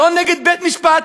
לא נגד בית-משפט,